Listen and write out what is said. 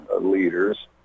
leaders